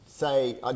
say